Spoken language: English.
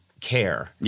care